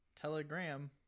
Telegram